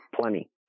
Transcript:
plenty